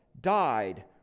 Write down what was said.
died